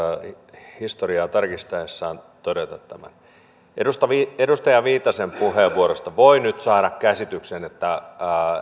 historiaa tarkistaessaan todeta tämän edustaja viitasen puheenvuorosta voi nyt saada käsityksen että